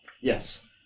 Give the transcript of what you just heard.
Yes